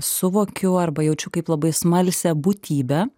suvokiau arba jaučiu kaip labai smalsią būtybę